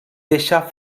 deixà